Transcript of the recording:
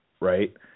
right